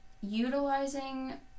utilizing